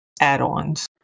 add-ons